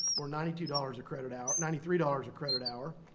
or ninety dollars a credit hour ninety three dollars a credit hour.